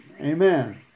Amen